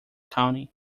county